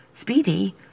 Speedy